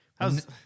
How's